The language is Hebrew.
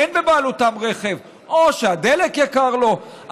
או שהדלק יקר לו,